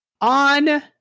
on